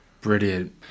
Brilliant